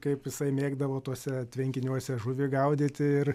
kaip jisai mėgdavo tuose tvenkiniuose žuvį gaudyti ir